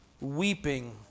weeping